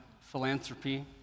philanthropy